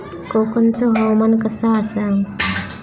कोकनचो हवामान कसा आसा?